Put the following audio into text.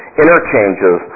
interchanges